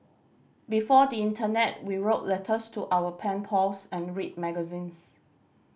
before the internet we wrote letters to our pen pals and read magazines